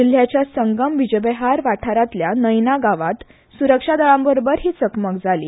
जिल्ल्याच्या संगम वाठारांतल्या नैना गांवांत सुरक्षा दळां बरोबर ही चकमक जाली